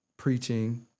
preaching